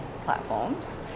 platforms